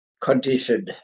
condition